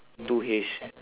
two hays